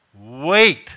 wait